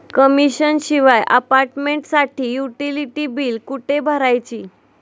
Commission शिवाय अपार्टमेंटसाठी utility बिले कुठे भरायची?